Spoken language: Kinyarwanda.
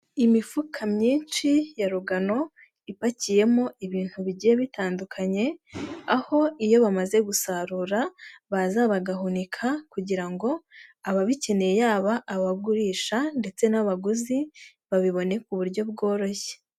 Imifuka myinshi ya rugano ipakiyemo ibintu bigiye bitandukanye, aho iyo bamaze gusarura baza bagahunika kugira ngo ababikeneye yaba abagurisha ndetse n'abaguzi babibone ku buryo bworoshye.